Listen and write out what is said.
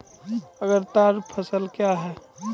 अग्रतर फसल क्या हैं?